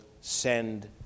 send